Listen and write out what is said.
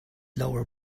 lower